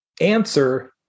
Answer